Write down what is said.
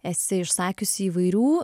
esi išsakiusi įvairių